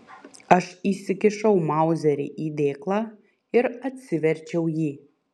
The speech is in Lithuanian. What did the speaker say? aš įsikišau mauzerį į dėklą ir atsiverčiau jį